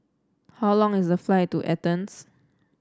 how long is the flight to Athens